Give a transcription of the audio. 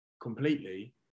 completely